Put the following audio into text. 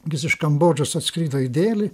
jis iš kambodžos atskrido į delį